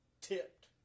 tipped